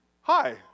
hi